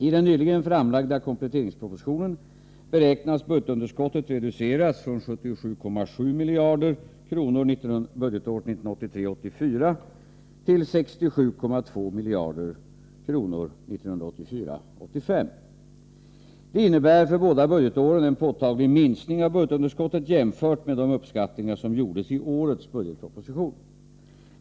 I den nyligen framlagda kompletteringspropositionen beräknas budgetunderskottet bli reducerat från 77,7 miljarder kronor budgetåret 1983 85. Detta innebär för båda budgetåren en påtaglig minskning av budgetunderskottet, jämfört med de uppskattningar som gjordes i årets budgetproposition.